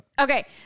Okay